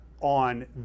on